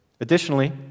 Additionally